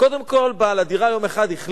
קודם כול בעל הדירה החליט